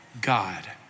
God